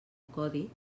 codi